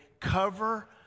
cover